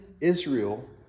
Israel